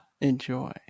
enjoy